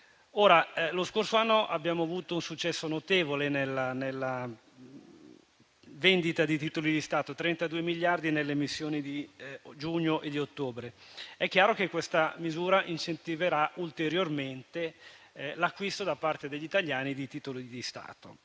Lo scorso anno abbiamo avuto un successo notevole nella vendita di titoli di Stato (32 miliardi nelle emissioni di giugno e di ottobre). È chiaro che questa misura incentiverà ulteriormente l'acquisto di titoli di Stato